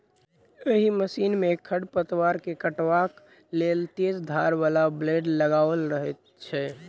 एहि मशीन मे खढ़ पतवार के काटबाक लेल तेज धार बला ब्लेड लगाओल रहैत छै